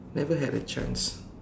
never had a chance